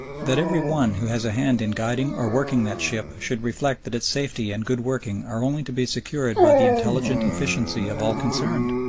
that every one who has a hand in guiding or working that ship should reflect that its safety and good working are only to be secured by the intelligent efficiency of all concerned?